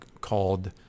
called